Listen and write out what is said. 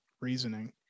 reasoning